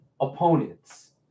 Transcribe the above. opponents